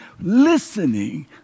Listening